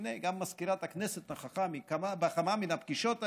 הינה, גם מזכירת הכנסת נכחה בכמה מן הפגישות האלה,